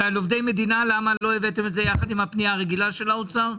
ועל עובדי מדינה למה לא הבאתם את זה ביחד עם הפנייה הרגילה של האוצר?